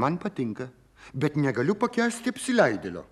man patinka bet negaliu pakęsti apsileidėlio